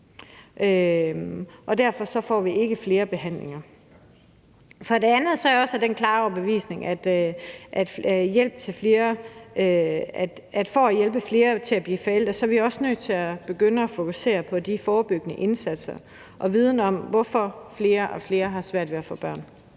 derfor får vi ikke flere behandlinger. For det andet er jeg også af den klare overbevisning, at for at hjælpe flere til at blive forældre er vi også nødt til at begynde at fokusere på de forebyggende indsatser og på viden om, hvorfor flere og flere har svært ved at få børn.